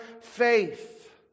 faith